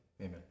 amen